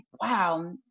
wow